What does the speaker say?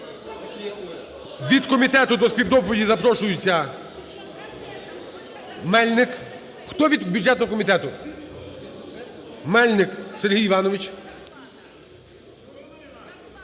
Від комітету до співдоповіді запрошується Мельник. Хто від бюджетного комітету? Мельник Сергій Іванович.